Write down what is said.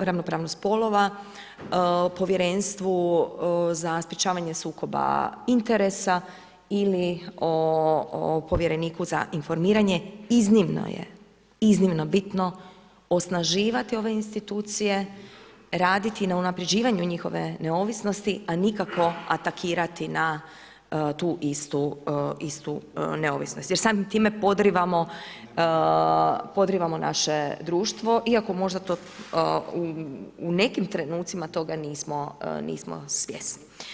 ravnopravnost spolova, Povjerenstvu za sprječavanje sukoba interesa ili o povjereniku za informiranje, iznimno je bitno osnaživati ove institucije, raditi na unaprjeđivanju njihove neovisnosti a nikako atakirati na tu istu neovisnost jer samim time podrivamo naše društvo iako možda to u nekim trenucima toga nismo svjesni.